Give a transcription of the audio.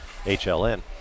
HLN